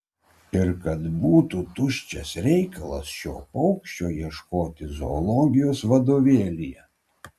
ir kad būtų tuščias reikalas šio paukščio ieškoti zoologijos vadovėlyje